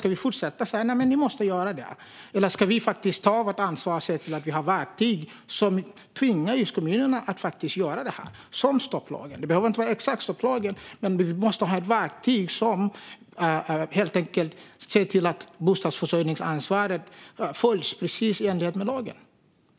Ska vi fortsätta säga att man måste göra det, eller ska vi faktiskt ta vårt ansvar och se till att vi har verktyg som tvingar kommunerna att faktiskt göra det, som stopplagen? Det behöver inte vara just stopplagen, men vi måste ha ett verktyg som helt enkelt ser till att bostadsförsörjningsansvaret följs i enlighet med lagen.